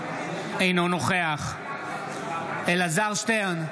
אינו נוכח אלעזר שטרן,